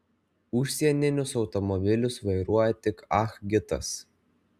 užsieninius automobilius vairuoja tik ah gitas